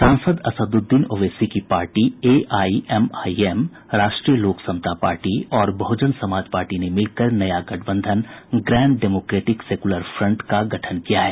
सांसद असदुद्दीन औवेसी की party AIMIM Rashtriya Lok Samta party और बहुजन समाज पार्टी ने मिलकर नया गठबंधन ग्रांड डेमोक्रेटिक सेक्यूलर फ्रंट का गठन किया है